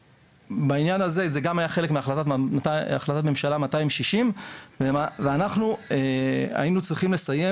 העניין הזה שגם היה חלק מהחלטת ממשלה 260 ואנחנו היינו צריכים לסיים